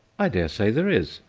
i dare say there is.